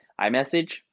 iMessage